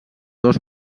dos